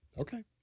Okay